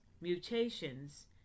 mutations